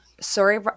Sorry